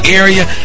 area